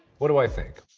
what do i think?